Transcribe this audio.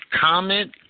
comment